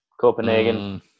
Copenhagen